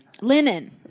Linen